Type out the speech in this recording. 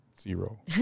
Zero